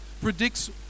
predicts